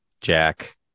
Jack